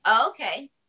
okay